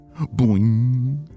Boing